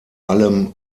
allem